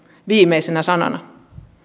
viimeisenä sanana